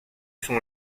son